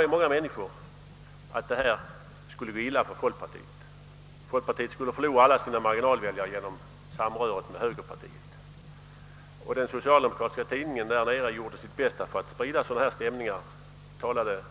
Då påstod många människor att det skulle gå illa för folkpartiet, att folkpartiet skulle förlora alla sina marginalväljare genom samröret med högerpartiet, och den socialdemokratiska tidningen därnere gjorde sitt bästa för att sprida sådana stämningar. Den talade